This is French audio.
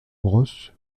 grosse